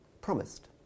promised